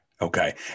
Okay